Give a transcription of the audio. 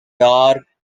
dark